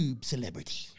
celebrity